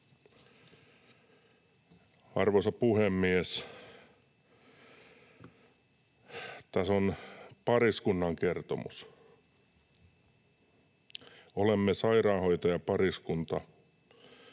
Arvoisa puhemies! Tässä on pariskunnan kertomus: ”Olemme sairaanhoitajapariskunta.